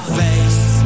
face